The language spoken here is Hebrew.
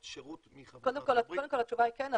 שירות מחברות בארצות הברית --- קודם כל התשובה היא כן,